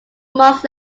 months